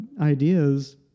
ideas